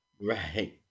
Right